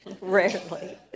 Rarely